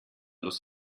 los